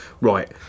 right